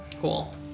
cool